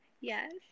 Yes